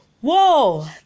Whoa